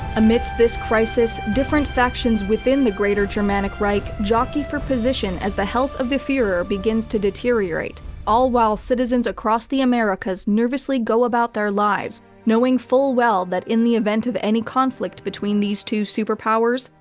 amidst this crisis, different factions within the greater germanic reich jockey for position as the health of the fuhrer begins to deteriorate all while citizens across the americas nervously go about their lives, knowing full well that in the event of any conflict between these two superpowers,